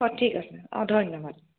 অঁ ঠিক আছে অঁ ধন্যবাদ